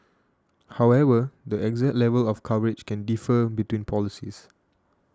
however the exact level of coverage can differ between policies